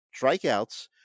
strikeouts